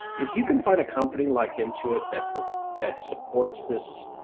if you can find a company, like intuit, that that supports this,